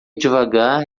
devagar